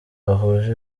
bahuje